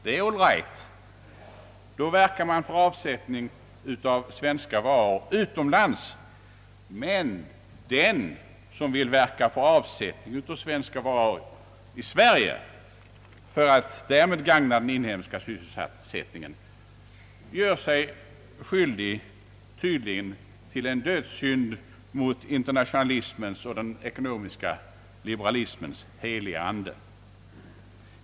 Det är all right, ty då verkar man för avsättning av svenska varor utomlands, men den som vill verka för avsättning av svenska varor i Sverige, för att därmed gagna den inhemska sysselsättningen, gör sig tydligen skyldig till en dödssynd mot internationalismens och den ekonomiska liberalismens heliga ande.